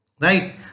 Right